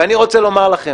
ואני רוצה לומר לכם: